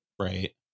Right